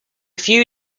few